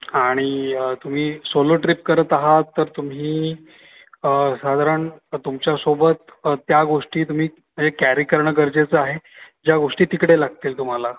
आणि तुम्ही solo trip करत आहात तर तुम्ही साधारण तर तुमच्यासोबत त्या गोष्टी तुम्ही हे कॅरी करणं गरजेचं आहे ज्या गोष्टी तिकडे लागतील तुम्हाला